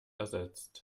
ersetzt